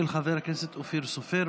של חבר הכנסת אופיר סופר.